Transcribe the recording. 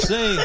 Say